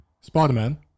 Spider-Man